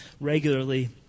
regularly